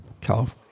California